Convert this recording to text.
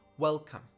Welcome